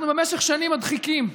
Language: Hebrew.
אנחנו במשך שנים מדחיקים.